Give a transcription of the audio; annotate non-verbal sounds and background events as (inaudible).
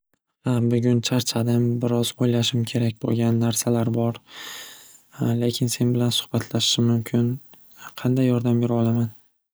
Xa bugun charchadim biroz o'ylashim kerak bo'lgan narsalar bor (hesitation) lekin sen bilan suhbatlashishim mumkin qanday yordam beraolaman?